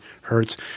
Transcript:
hertz